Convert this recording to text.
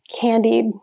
candied